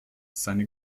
seine